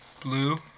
Blue